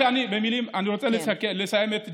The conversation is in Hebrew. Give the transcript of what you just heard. אני רוצה לסיים את דבריי.